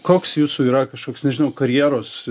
koks jūsų yra kažkoks nežinau karjeros